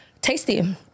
Tasty